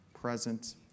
present